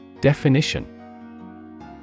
Definition